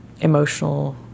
emotional